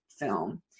film